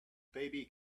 baby